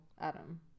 adam